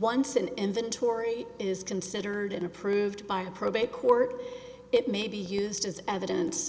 once an inventory is considered and approved by a probate court it may be used as evidence